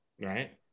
right